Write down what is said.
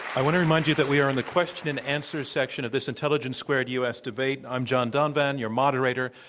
i want to remind you that we are in the question and answer section of this intelligence squared u. s. debate, and i'm john donvan, your moderator.